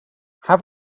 have